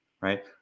right